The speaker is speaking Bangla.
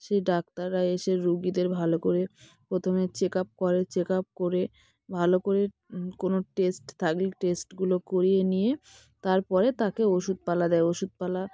সেই ডাক্তাররা এসে রোগীদের ভালো করে প্রথমে চেক আপ করে চেক আপ করে ভালো করে কোনো টেস্ট থাকলে টেস্টগুলো করিয়ে নিয়ে তার পরে তাকে ওষুধপালা দেয় ওষুধপালা